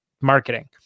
marketing